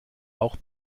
auch